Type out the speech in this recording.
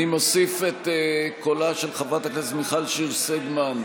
אני מוסיף את קולה של חברת הכנסת מיכל שיר סגמן,